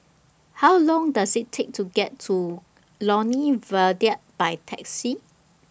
How Long Does IT Take to get to Lornie Viaduct By Taxi